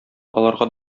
аларга